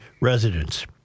residents